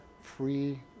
free